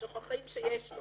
שוכחים שיש לו.